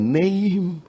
name